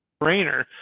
brainer